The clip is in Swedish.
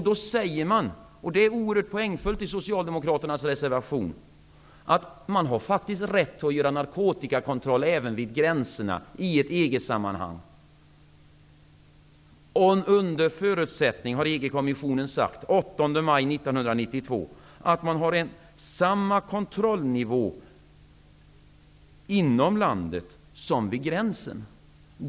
Då säger Socialdemokraterna -- det är oerhört poängfullt -- i sin reservation att man faktiskt har rätt att göra narkotikakontroll även vid gränserna i ett EG-sammanhang, under förutsättning -- så har EG-kommissionen sagt den 8 maj 1992 -- att man har samma kontrollnivå inom landet som vid gränsen.